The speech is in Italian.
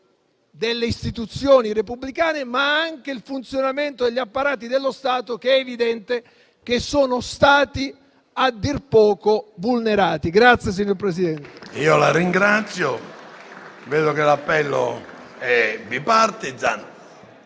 delle istituzioni repubblicane, ma anche il funzionamento degli apparati dello Stato, che è evidente che sono stati a dir poco vulnerati. PRESIDENTE.